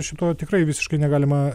šito tikrai visiškai negalima